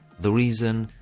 the reason?